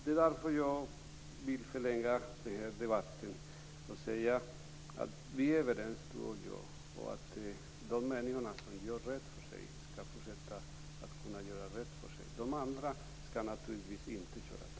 Därför vill jag säga att Sten Andersson och jag är överens om att de människor som gör rätt för sig skall kunna fortsätta att göra det. De andra skall naturligtvis inte köra taxi.